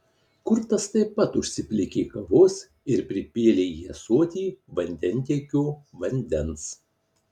kurtas taip pat užsiplikė kavos ir pripylė į ąsotį vandentiekio vandens